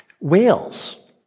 Whales